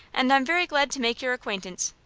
and i'm very glad to make your acquaintance.